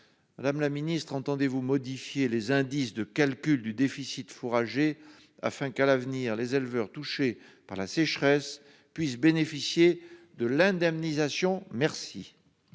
Madame la ministre, entendez-vous modifier les indices de calcul du déficit fourrager, afin que les éleveurs touchés par la sécheresse puissent à l'avenir bénéficier de l'indemnisation ? La